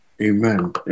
Amen